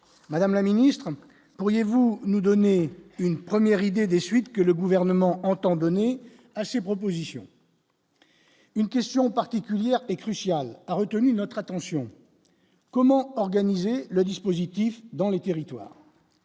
madame la Ministre, pourriez-vous nous donner une première idée des suites que le gouvernement entend donner à ces propositions, une question particulière est crucial, a retenu notre attention : comment organiser le dispositif dans les territoires.